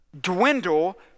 dwindle